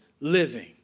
living